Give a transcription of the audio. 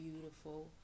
beautiful